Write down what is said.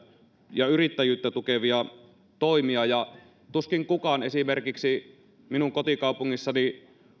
ja yrittäjyyttä tukevia toimia ja tuskin kukaan esimerkiksi minun kotikaupungissani